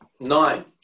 Nine